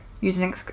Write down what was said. using